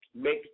make